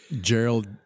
Gerald